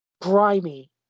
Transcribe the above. grimy